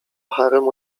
haremu